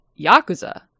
Yakuza